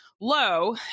low